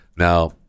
Now